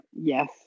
Yes